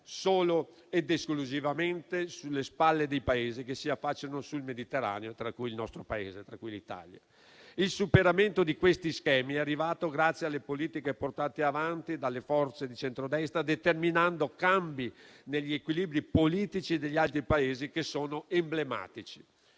solo ed esclusivamente sulle spalle dei Paesi che si affacciano sul Mediterraneo, tra cui l'Italia. Il superamento di questi schemi è arrivato grazie alle politiche portate avanti dalle forze di centrodestra, determinando cambi negli equilibri politici degli altri Paesi che sono emblematici.